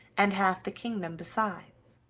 and half the kingdom besides,